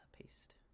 Paste